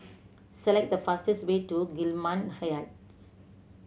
select the fastest way to Gillman Hay Heights